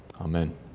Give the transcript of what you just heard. Amen